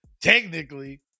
technically